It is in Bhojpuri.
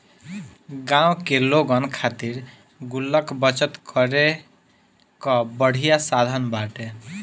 गांव के लोगन खातिर गुल्लक बचत करे कअ बढ़िया साधन बाटे